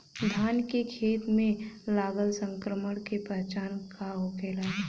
धान के खेत मे लगल संक्रमण के पहचान का होखेला?